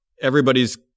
everybody's